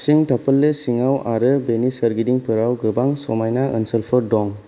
चिंतापल्ले सिङाव आरो बेनि सोरगिदिंफोराव गोबां समायना ओनसोलफोर दं